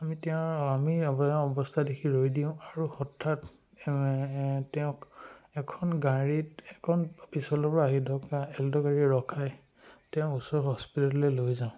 আমি তেওঁৰ আমি অৱ অৱস্থা দেখি ৰৈ দিওঁ আৰু হঠাৎ তেওঁক এখন গাড়ীত এখন পিছফালৰ পৰা আহি থকা এল্টো গাড়ীয়ে ৰখাই তেওঁক ওচৰৰ হস্পিটেললৈ লৈ যাওঁ